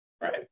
right